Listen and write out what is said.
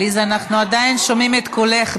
עליזה, אנחנו עדיין שומעים את קולך.